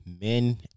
men